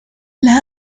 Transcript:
لها